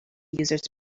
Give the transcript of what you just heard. users